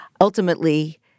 Ultimately